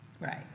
Right